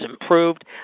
improved